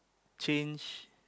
change